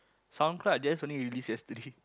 SoundCloud I just only release yesterday